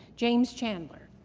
james chandler.